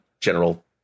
general